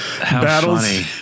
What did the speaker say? battles